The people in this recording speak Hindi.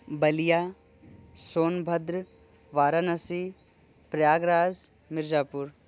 बलिया सोनभद्र वाराणसी प्रयागराज मिर्जापुर